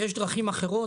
יש דרכים אחרות.